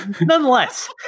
nonetheless